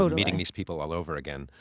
um meeting these people all over again.